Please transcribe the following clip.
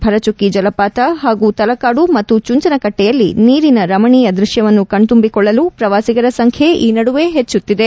ಭರಚುಕ್ಕಿ ಜಲಪಾತ ಹಾಗೂ ತಲಕಾಡು ಮತ್ತು ಚುಂಚನಕಟ್ಲೆಯಲ್ಲಿ ನೀರಿನ ರಮಣೀಯ ದೃಶ್ವವನ್ನು ಕಣ್ತುಂಬಿಕೊಳ್ಳಲು ಪ್ರವಾಸಿಗರ ಸಂಖ್ಯೆ ಈ ನಡುವೆ ಹೆಚ್ಚುತ್ತಿದೆ